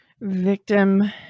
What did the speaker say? Victim